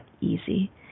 easy